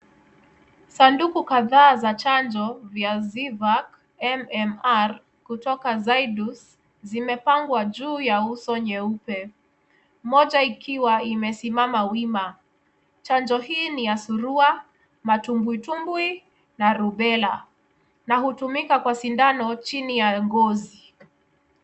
Sanduku kadhaa za chanjo vya Zip HAC MMR kutoka Zaidus zimepangwa juu ya uso nyeupe. Moja ikiwa imesimama wima. Chanjo hii ni ya Surua, Matumbwitumbwi na Rubela na hutumika kwa sindano chini ya ngozi.